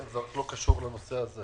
זה רק לא קשור לנושא הזה.